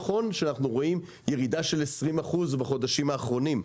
נכון שאנחנו רואים ירידה של 20% בחודשים האחרונים.